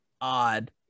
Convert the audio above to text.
odd